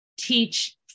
teach